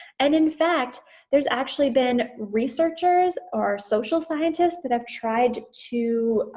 and in fact there's actually been researchers, or social scientists that have tried to,